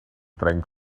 drank